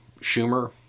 Schumer